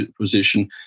position